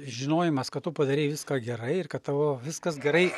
žinojimas kad tu padarei viską gerai ir kad tavo viskas gerai